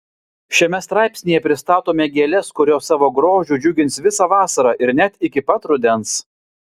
šiame straipsnyje pristatome gėles kurios savo grožiu džiugins visą vasarą ir net iki pat rudens